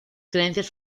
creencias